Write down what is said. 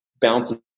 bounces